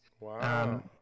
Wow